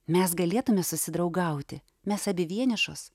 mes galėtume susidraugauti mes abi vienišos